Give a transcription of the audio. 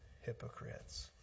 hypocrites